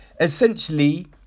essentially